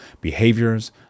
behaviors